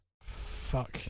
Fuck